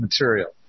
material